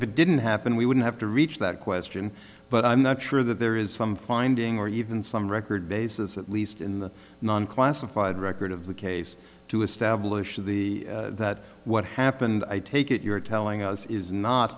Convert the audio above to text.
if it didn't happen we wouldn't have to reach that question but i'm not sure that there is some finding or even some record basis at least in the non classified record of the case to establish the that what happened i take it you're telling us is not